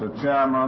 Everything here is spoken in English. ah jam um